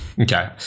Okay